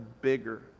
bigger